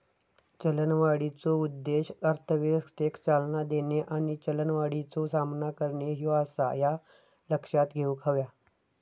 चलनवाढीचो उद्देश अर्थव्यवस्थेक चालना देणे आणि चलनवाढीचो सामना करणे ह्यो आसा, ह्या लक्षात घेऊक हव्या